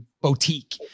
boutique